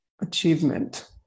achievement